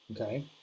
Okay